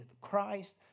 Christ